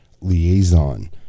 liaison